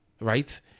right